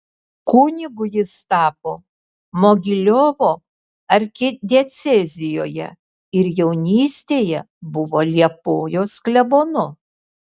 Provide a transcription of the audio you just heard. kunigu jis tapo mogiliovo arkidiecezijoje ir jaunystėje buvo liepojos klebonu